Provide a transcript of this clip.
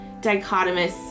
dichotomous